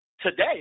today